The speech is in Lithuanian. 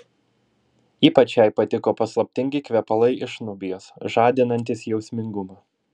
ypač jai patiko paslaptingi kvepalai iš nubijos žadinantys jausmingumą